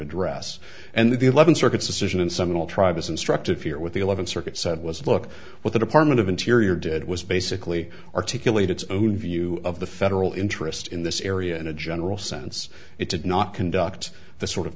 address and the eleven circuit's decision in some of the tribe is instructive here with the eleventh circuit said was look what the department of interior did was basically articulate its own view of the federal interest in this area in a general sense it did not conduct the sort of